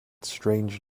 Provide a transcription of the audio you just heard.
strange